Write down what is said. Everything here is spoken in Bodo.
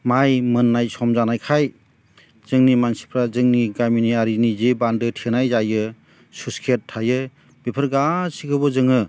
माइ मोननाय सम जानायखाय जोंनि मानसिफ्रा जोंनि गामिनि आरि जे बान्दो थेनाय जायो स्लुइस गेट थायो बेफोर गासिखौबो जोङो